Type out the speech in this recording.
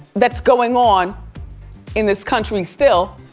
that's going on in this country still,